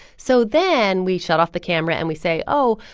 so then we shut off the camera and we say, oh,